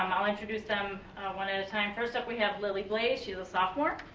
i'll introduce them one-at-a-time, first up we have lilly blaze, she's a sophomore.